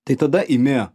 tai tada imi